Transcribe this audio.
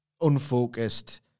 unfocused